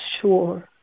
sure